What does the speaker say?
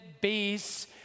base